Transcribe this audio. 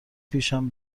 پیشم